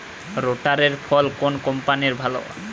রোটারের ফল কোন কম্পানির ভালো?